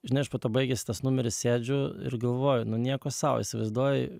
žinai aš poto baigėsi tas numeris sėdžiu ir galvoju nu nieko sau įsivaizduoji